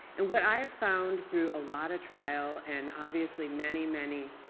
and what i've found through a lot of trial and obviously, many, many,